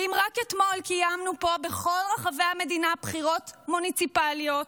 ואם רק אתמול קיימנו פה בכל רחבי המדינה בחירות מוניציפליות